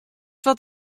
wat